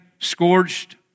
scorched